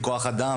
כוח האדם?